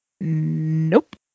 Nope